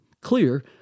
clear